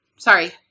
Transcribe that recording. Sorry